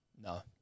No